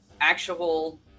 actual